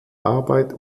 arbeit